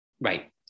Right